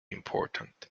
important